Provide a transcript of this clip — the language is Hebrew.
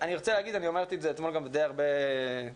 אני רוצה להגיד ואמרתי את זה אתמול די הרבה בתקשורת,